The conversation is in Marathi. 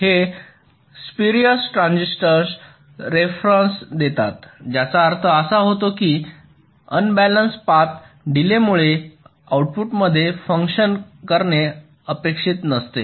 हे स्पुरियस ट्रान्झिशन्सचा रेफेरेंस देतात ज्याचा अर्थ असा होतो की अनब्यालन्सडं पाथ डीलेमुळे आउटपुटमध्ये फंक्शन करणे अपेक्षित नसते